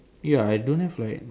ya I don't have like